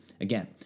again